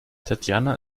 tatjana